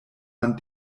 man